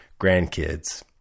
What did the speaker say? grandkids